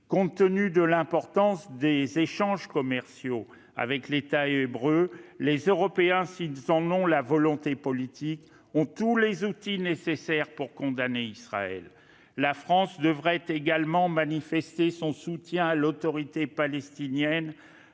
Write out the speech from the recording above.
Compte tenu de l'importance de leurs échanges commerciaux avec l'État hébreu, les Européens, s'ils en ont la volonté politique, ont tous les outils nécessaires pour condamner Israël. La France devrait également manifester son soutien à l'Autorité palestinienne